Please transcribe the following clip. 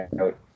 out